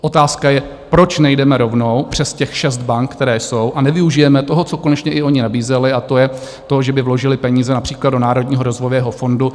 Otázka je, proč nejdeme rovnou přes těch šest bank, které jsou, a nevyužijeme toho, co konečně i oni nabízeli, a to je to, že by vložili peníze například do Národního rozvojového fondu.